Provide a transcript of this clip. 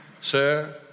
Sir